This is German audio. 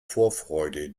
vorfreude